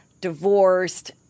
divorced